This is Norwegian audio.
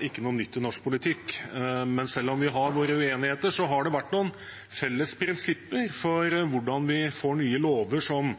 ikke noe nytt i norsk politikk, men selv om vi har våre uenigheter, har det vært noen felles prinsipper for hvordan vi får nye lover, som